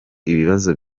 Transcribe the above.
ibibazo